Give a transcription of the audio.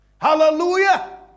Hallelujah